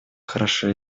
хорошо